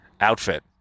outfit